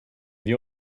wir